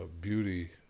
beauty